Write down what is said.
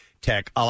Tech